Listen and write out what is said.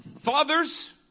Fathers